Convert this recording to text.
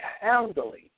handling